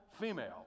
female